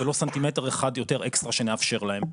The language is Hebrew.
ולא סנטימטר אחד יותר אקסטרה שנאפשר להם.